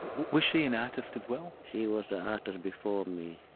was she an artist as well? she was an artist before me.